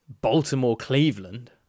Baltimore-Cleveland